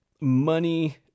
money